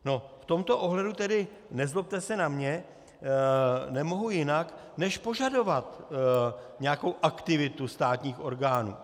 No v tomto ohledu, nezlobte se na mě, nemohu jinak než požadovat nějakou aktivitu státních orgánů.